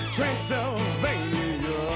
Transylvania